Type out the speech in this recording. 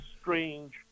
strange